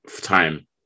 time